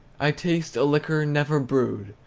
i taste a liquor never brewed,